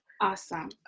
Awesome